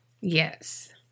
Yes